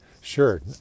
sure